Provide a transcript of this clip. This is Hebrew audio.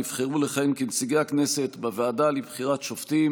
נבחרו לכהן כנציגי הכנסת בוועדה לבחירת שופטים